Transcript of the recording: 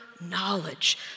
knowledge